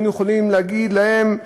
היינו יכולים להגיד להם: